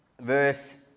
verse